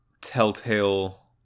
Telltale